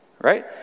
right